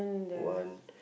one